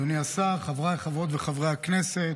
אדוני השר, חבריי חברות וחברי הכנסת,